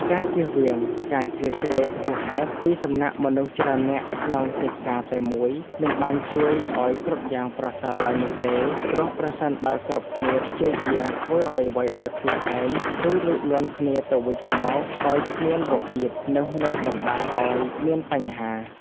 ការជៀសវាងការជ្រៀតជ្រែកហួសហេតុ ពីសំណាក់មនុស្សច្រើននាក់ក្នុងកិច្ចការតែមួយមិនបានជួយឲ្យគ្រប់យ៉ាងប្រសើរឡើងនោះទេ ព្រោះប្រសិនបើគ្រប់គ្នាព្យាយាមធ្វើអ្វីៗដោយខ្លួនឯង ឬលូកលាន់គ្នាទៅវិញទៅមកដោយគ្មានរបៀប នោះនឹងបណ្ដាលឲ្យមានបញ្ហា។